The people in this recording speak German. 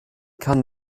kann